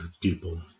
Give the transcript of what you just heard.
people